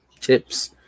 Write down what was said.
tips